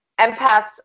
empaths